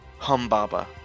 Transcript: Humbaba